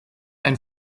ein